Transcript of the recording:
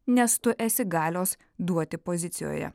nes tu esi galios duoti pozicijoje